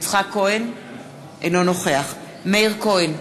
אינו נוכח מאיר כהן,